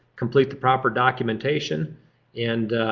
complete the proper documentation and